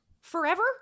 forever